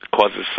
causes